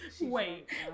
Wait